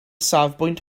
safbwynt